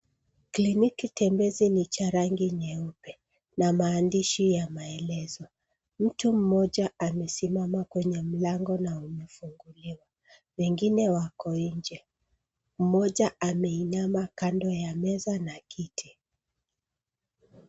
Kliniki tembezi ni cha rangi nyeupe na maandishi ya maelezo. Mtu mmoja amesimama kwenye mlango na umefunguliwa, wengine wako nje. Mmoja ameinama kando ya meza na kiti.